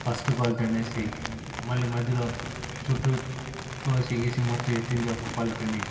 first fault అనేసి మళ్ళీ మధ్యలో చుట్టూ తోసి గీసి మొత్తం ఎత్తిందే ఒక క్వాలిటీ అని